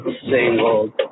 single